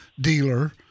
dealer